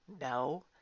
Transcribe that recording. No